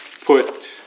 put